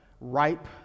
ripe